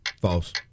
False